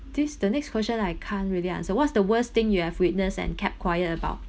this the next question I can't really answer what's the worst thing you have witness and kept quiet about